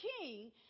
king